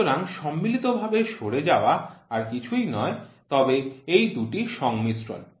সুতরাং সম্মিলিত ভাবে সরে যাওয়া আর কিছুই নয় তবে এই দুটির সংমিশ্রণ